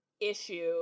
issue